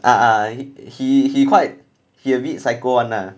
ah ah he he he quite he a bit psycho [one] lah